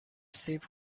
سیب